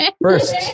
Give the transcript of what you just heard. First